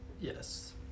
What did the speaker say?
Yes